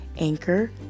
Anchor